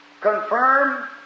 confirm